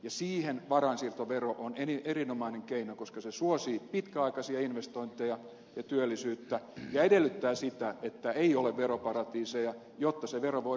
siihen varainsiirtovero on erinomainen keino koska se suosii pitkäaikaisia investointeja ja työllisyyttä ja edellyttää sitä että ei ole veroparatiiseja jotta se vero voidaan toimeenpanna